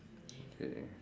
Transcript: okay